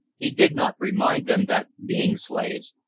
he did not remind them that, being slaves,